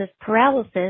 paralysis